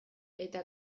eta